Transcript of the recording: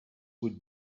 would